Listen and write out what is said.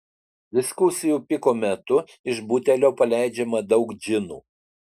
diskusijų piko metu iš butelio paleidžiama daug džinų